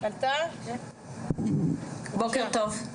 בוקר טוב.